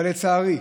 אבל לצערי,